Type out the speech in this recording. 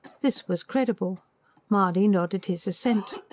this was credible mahony nodded his assent.